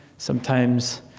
sometimes,